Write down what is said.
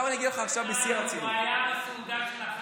הוא היה בסעודה של אחשוורוש,